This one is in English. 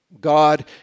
God